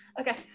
Okay